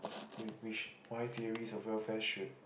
why theory of welfare should